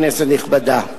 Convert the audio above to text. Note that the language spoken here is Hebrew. כנסת נכבדה,